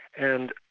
and